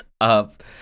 up